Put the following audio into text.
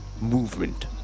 movement